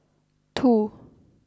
two